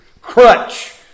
crutch